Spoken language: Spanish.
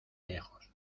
lejos